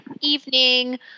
evening